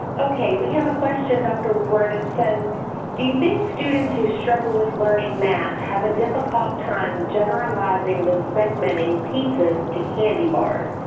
okay, we have a question, dr. woodward. it says do you think students who struggle with learning math have a difficult time generalizing the segmenting pizzas to candy bars?